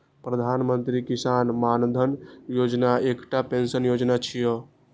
प्रधानमंत्री किसान मानधन योजना एकटा पेंशन योजना छियै